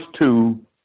two